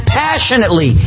passionately